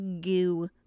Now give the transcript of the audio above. goo